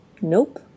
Nope